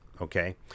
okay